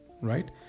right